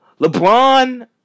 LeBron